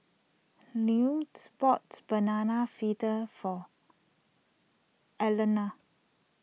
boats Banana Fritters for Alaina